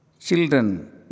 Children